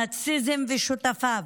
הנאציזם ושותפיו,